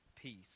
peace